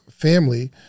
family